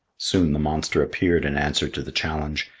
soon the monster appeared in answer to the challenge,